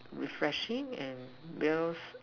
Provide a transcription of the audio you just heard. refreshing and those